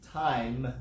time